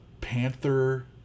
Panther